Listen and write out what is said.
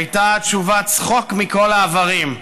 הייתה התשובה צחוק מכל העברים.